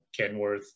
Kenworth